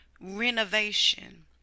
renovation